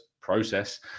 process